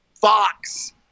Fox